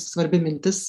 svarbi mintis